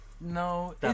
No